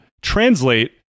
translate